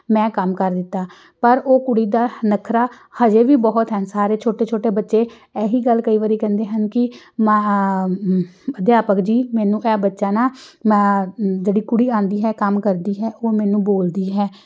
ਮੈਂ ਕੰਮ ਕਰ ਦਿੱਤਾ ਪਰ ਉਹ ਕੁੜੀ ਦਾ ਨੱਖਰਾ ਹਜੇ ਵੀ ਬਹੁਤ ਹ ਸਾਰੇ ਛੋਟੇ ਛੋਟੇ ਬੱਚੇ ਇਹੀ ਗੱਲ ਕਈ ਵਾਰੀ ਕਹਿੰਦੇ ਹਨ ਕਿ ਮ ਅਧਿਆਪਕ ਜੀ ਮੈਨੂੰ ਇਹ ਬੱਚਾ ਨਾ ਮ ਜਿਹੜੀ ਕੁੜੀ ਆਉਂਦੀ ਹੈ ਕੰਮ ਕਰਦੀ ਹੈ ਉਹ ਮੈਨੂੰ ਬੋਲਦੀ ਹੈ